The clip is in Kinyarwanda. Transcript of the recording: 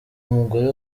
umugore